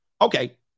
Okay